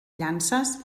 llances